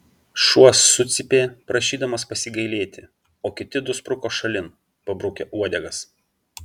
šuo sucypė prašydamas pasigailėti o kiti du spruko šalin pabrukę uodegas